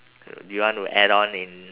uh do you want to add on in